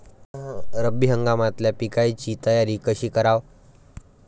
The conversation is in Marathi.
रब्बी हंगामातल्या पिकाइची तयारी कशी कराव?